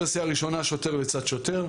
ורסיה ראשונה, שוטר לצד שוטר.